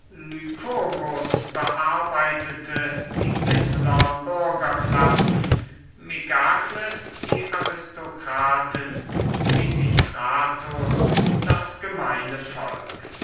bearbeitete die mittlern bürgerklassen megakles die aristokraten pisistratus das gemeine volk